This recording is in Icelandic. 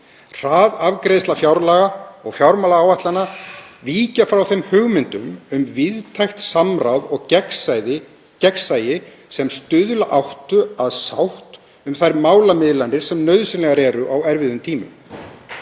Hraðafgreiðsla fjárlaga og fjármálaáætlana víkur frá hugmyndum um víðtækt samráð og gegnsæi sem stuðla áttu að sátt um þær málamiðlanir sem nauðsynlegar eru á erfiðum tímum.